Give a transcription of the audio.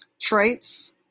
traits